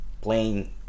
playing